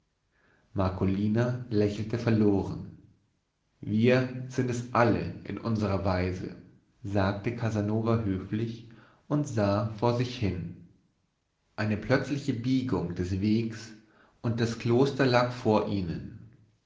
marcolina lächelte verloren wir sind es alle in unsrer weise sagte casanova höflich und sah vor sich hin eine plötzliche biegung des wegs und das kloster lag vor ihnen